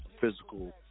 physical